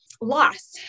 loss